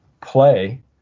play